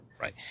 Right